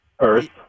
Earth